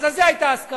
אז על זה היתה הסכמה.